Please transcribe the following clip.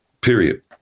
period